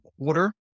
quarter